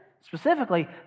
specifically